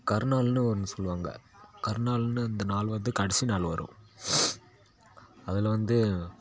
கருநாள்னு ஒன்று சொல்லுவாங்கள் கருநாள்னு இந்த நாள் வந்து கடைசி நாள் வரும் அதில் வந்து